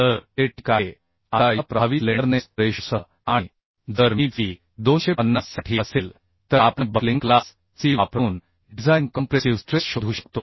तर ते ठीक आहे आता या प्रभावी स्लेंडरनेस रेशोसह आणि जर मी FI 250 साठी असेल तर आपण बक्लिंग क्लास सी वापरून डिझाइन कॉम्प्रेसिव्ह स्ट्रेस शोधू शकतो